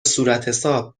صورتحساب